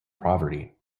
poverty